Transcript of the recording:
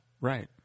Right